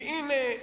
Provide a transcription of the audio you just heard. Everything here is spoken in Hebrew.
כי הנה,